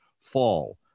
fall